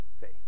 faith